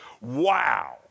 wow